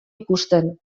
ikusten